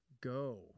go